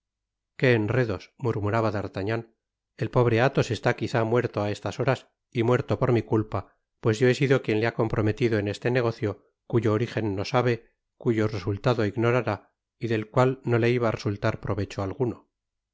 qué enredos murmuraba d'artagnan el pobre athos está quizá muerto á estas horas y muerto por mi culpa pues yo he sido quien le ha comprometido en ese negocie cuyo origen no sabei cuyo resultado ignorará y del cual no le iba á resultar provecho alguno